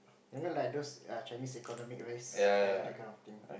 you know like those Chinese economic rice ah that kind of thing